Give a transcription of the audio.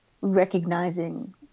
recognizing